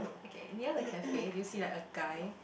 okay near the cafe do you see like a guy